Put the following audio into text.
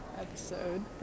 episode